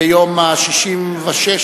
ביום השנה ה-66